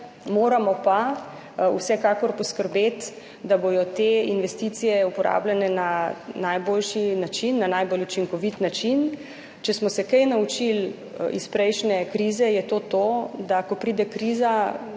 moramo pa vsekakor poskrbeti, da bodo te investicije uporabljene na najboljši način, na najbolj učinkovit način. Če smo se kaj naučili iz prejšnje krize, je to to, da ko pride kriza,